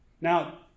now